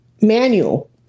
manual